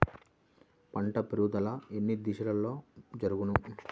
పంట పెరుగుదల ఎన్ని దశలలో జరుగును?